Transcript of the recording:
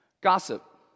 Gossip